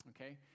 Okay